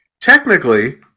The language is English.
Technically